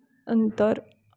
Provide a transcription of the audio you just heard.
नंतर